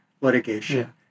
litigation